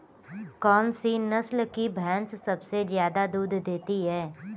कौन सी नस्ल की भैंस सबसे ज्यादा दूध देती है?